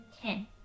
Ten